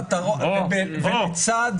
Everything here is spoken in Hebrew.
לצד